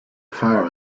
far